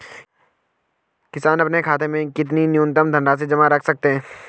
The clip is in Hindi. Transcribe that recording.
किसान अपने खाते में कितनी न्यूनतम धनराशि जमा रख सकते हैं?